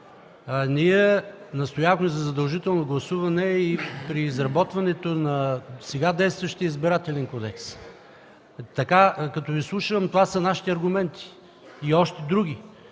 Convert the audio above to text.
Ние настояхме за задължително гласуване и при изработването на сега действащия Избирателен кодекс. Като Ви слушам, това са нашите аргументи. И още други.